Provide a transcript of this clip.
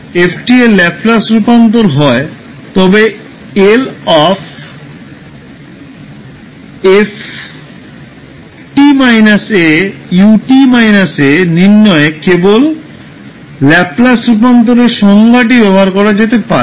সুতরাং যদি F 𝑓𝑡এর ল্যাপলাস রূপান্তর হয় তবে ℒ 𝑓 𝑡 𝑎 𝑢 𝑡 𝑎 নির্ণয়ে কেবল ল্যাপলাস রূপান্তরের সংজ্ঞাটি ব্যবহার করা যেতে পারে